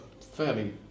fairly